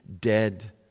dead